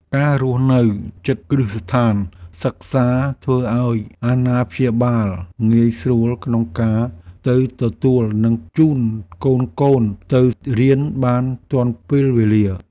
ការរស់នៅជិតគ្រឹះស្ថានសិក្សាធ្វើឱ្យអាណាព្យាបាលងាយស្រួលក្នុងការទៅទទួលនិងជូនកូនៗទៅរៀនបានទាន់ពេលវេលា។